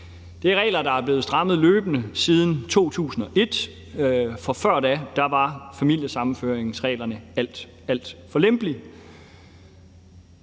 Det er regler, der er blevet strammet løbende siden 2001, for før da var familiesammenføringsreglerne alt, alt for lempelige.